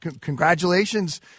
congratulations